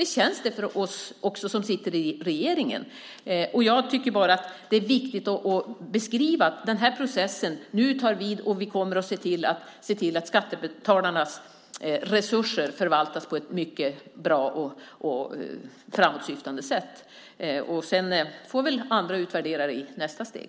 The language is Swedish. Så känns det också för oss som sitter i regeringen. Jag tycker bara att det är viktigt att beskriva att den här processen nu tar vid och att vi kommer att se till att skattebetalarnas resurser förvaltas på ett mycket bra och framåtsyftande sätt. Sedan får väl andra utvärdera i nästa steg.